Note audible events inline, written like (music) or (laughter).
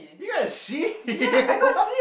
you got C what (laughs)